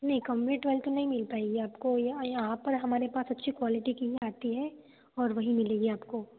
नहीं कम रेट वाली तो नहीं मिल पाएगी आपको यहाँ पर हमारे पास अच्छी क्वालिटी की आती है और वही मिलेगी आपको